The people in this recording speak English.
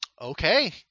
Okay